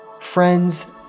Friends